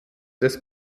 des